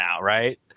right